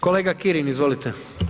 Kolega Kirin, izvolite.